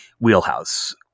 wheelhouse